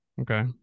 Okay